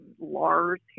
Lars